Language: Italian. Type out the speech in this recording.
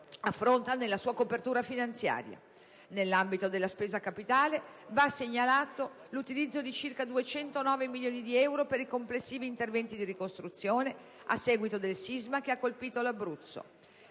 affronta nella sua copertura finanziaria. Nell'ambito della spesa in conto capitale, va segnalato l'utilizzo di circa 209 milioni di euro per i complessivi interventi di ricostruzione a seguito del sisma che ha colpito l'Abruzzo.